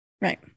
right